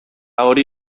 hori